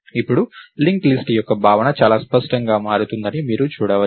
ఇప్పుడు linked list యొక్క భావన చాలా స్పష్టంగా మారుతుందని మీరు చూడవచ్చు